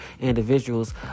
individuals